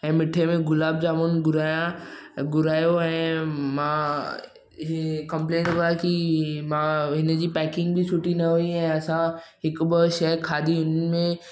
ऐं मिठे में गुलाब जामुन घुराया घुरायो ऐं मां ई कंप्लेन थो कया की मां हिनजी पेकिंग बि सुठी न हुई ऐं असां हिक ॿ शइ खाधी हुननि में